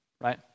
right